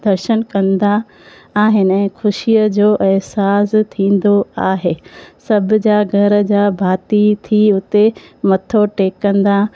दर्शन कंदा आहिनि ऐं ख़ुशीअ जो अहिसासु थींदो आहे सभ जा घर जा भाती थी हुते मथों टेकंदा